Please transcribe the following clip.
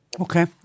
Okay